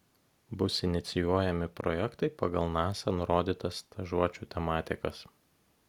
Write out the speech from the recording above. bus inicijuojami projektai pagal nasa nurodytas stažuočių tematikas